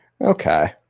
Okay